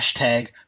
hashtag